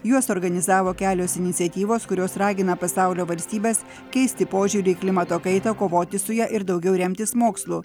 juos suorganizavo kelios iniciatyvos kurios ragina pasaulio valstybes keisti požiūrį į klimato kaitą kovoti su ja ir daugiau remtis mokslu